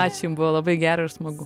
ačiū jum buvo labai gera ir smagu